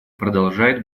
продолжает